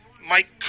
Mike